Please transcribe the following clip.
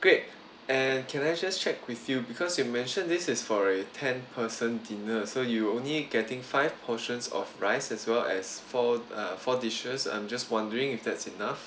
great and can I just check with you because you mentioned this is for a ten person dinner so will only getting five portions of rice as well as four uh four dishes I'm just wondering if that's enough